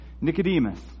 Nicodemus